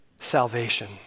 salvation